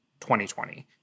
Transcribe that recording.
2020